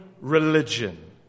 religion